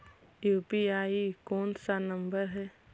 UPI कोन सा number हैं?